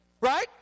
Right